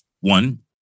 One